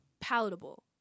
palatable